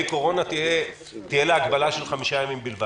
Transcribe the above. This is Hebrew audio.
קורונה תהיה להגבלה של חמישה ימים בלבד.